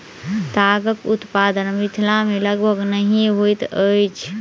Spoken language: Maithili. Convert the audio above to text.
तागक उत्पादन मिथिला मे लगभग नहिये होइत अछि